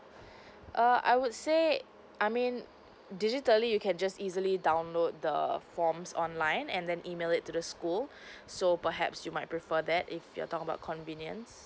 err I would say I mean digitally you can just easily download the forms online and then email it to the school so perhaps you might prefer that if you're talking about convenience